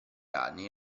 anni